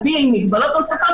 על פי מגבלות נוספות,